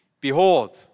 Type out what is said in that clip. Behold